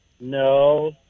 No